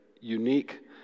unique